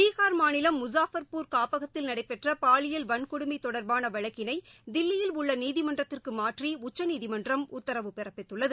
பீகார் மாநிலம் முஷாபா்பூர் காப்பகத்தில் நடைபெற்ற பாலியல் வன்கொடுமை தொடா்பான வழக்கினை தில்லியில் உள்ள நீதிமன்றத்திற்கு மாற்றி உச்சநீதிமன்றம் உத்தரவு பிறப்பித்துள்ளது